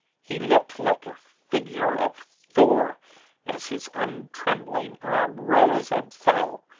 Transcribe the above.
he looked like a figure of thor as his untrembling arm rose and fell,